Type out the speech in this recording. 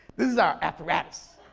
is our apparatus.